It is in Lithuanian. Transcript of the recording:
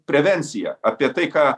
prevencija apie tai ką